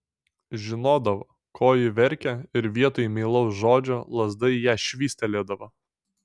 žinodavo ko ji verkia ir vietoj meilaus žodžio lazda į ją švystelėdavo